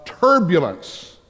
turbulence